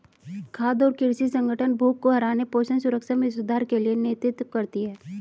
खाद्य और कृषि संगठन भूख को हराने पोषण सुरक्षा में सुधार के लिए नेतृत्व करती है